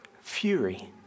Fury